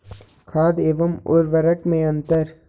खाद एवं उर्वरक में अंतर?